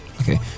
okay